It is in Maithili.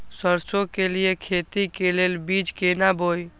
सरसों के लिए खेती के लेल बीज केना बोई?